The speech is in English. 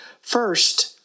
First